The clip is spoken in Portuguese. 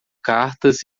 cartas